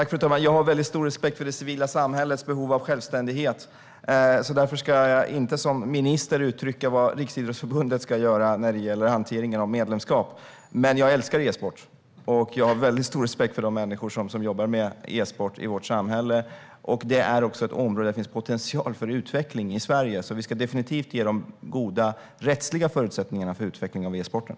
Fru talman! Jag har väldigt stor respekt för det civila samhällets behov av självständighet. Därför ska jag inte som minister uttrycka vad Riksidrottsförbundet ska göra när det gäller hanteringen av medlemskap. Men jag älskar e-sport, och jag har väldigt stor respekt för de människor som jobbar med e-sport i vårt samhälle. Det är ett område där det finns potential för utveckling i Sverige, så vi ska definitivt ge goda rättsliga förutsättningar för utveckling av e-sporten.